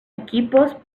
equipos